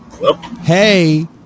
Hey